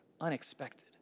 Unexpected